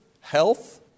health